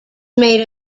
made